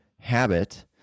habit